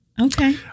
Okay